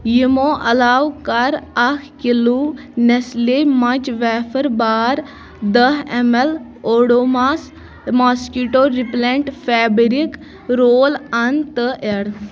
یِمو علاوٕ کَر اَکھ kilo Nestle Munch wafer bar دَہ m l Odomos mosquito repellent fabric roll on تہِ ایٚڈ